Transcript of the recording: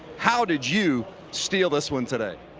how did you steal this one today?